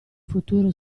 futuro